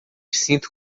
sinto